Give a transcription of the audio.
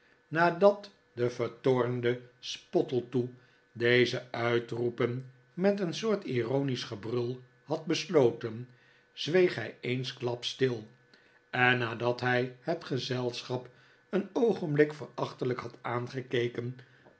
nadat de vertoornde spottletoe deze uitroepen met een soort ironisch gebrul had besloten zweeg hij eensklaps stil en nadat hij het gezelschap een oogenblik verachtelijk had aangekeken